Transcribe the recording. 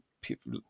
people